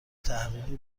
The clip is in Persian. تحقیقی